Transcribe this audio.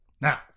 Now